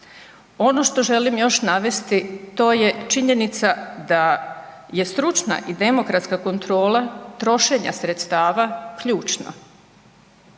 Ono što želim još navesti to je činjenica da je stručna i demokratska kontrola trošenja sredstava ključna